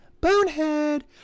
bonehead